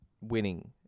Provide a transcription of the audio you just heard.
winning